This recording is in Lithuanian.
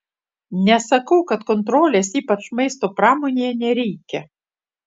nesakau kad kontrolės ypač maisto pramonėje nereikia